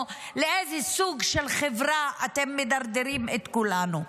לאיזה סוג של חברה אתם מדרדרים את כולנו.